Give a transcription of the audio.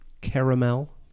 caramel